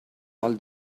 all